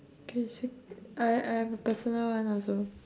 I thought you say I I have a personal one also